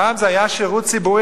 פעם זה היה שירות ציבורי.